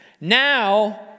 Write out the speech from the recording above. Now